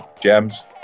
gems